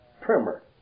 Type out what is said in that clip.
primer